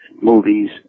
Movies